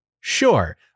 Sure